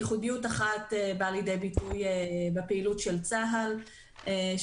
ייחודיות אחת באה לידי ביטוי בפעילות של צבא הגנה לישראל